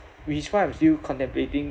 which is why I'm still contemplating